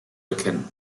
erkennen